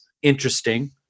interesting